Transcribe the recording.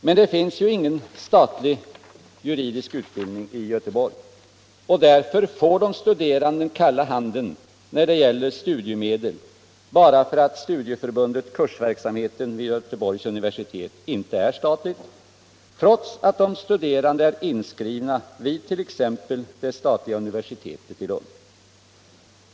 Men det finns ju ingen statlig juridisk utbildning i Göteborg, och därför får de studerande kalla handen när det gäller studiemedel bara därför att Studieförbundet Kursverksamheten vid Göteborgs universitet inte är statligt, detta trots att de studerande är inskrivna vid t.ex. det statliga universitetet i Lund.